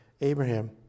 Abraham